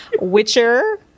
Witcher